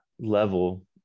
level